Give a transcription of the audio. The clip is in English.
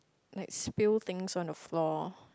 like spill things on the floor